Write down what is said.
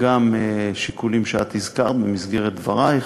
גם שיקולים שאת הזכרת במסגרת דברייך: